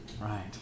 Right